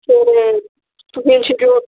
ਫਿਰ ਤੁਸੀਂ ਇੰਸਟੀਟਿਊਟ